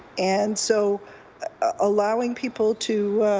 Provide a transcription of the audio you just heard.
and so allowing people to